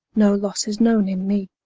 no losse is knowne in me.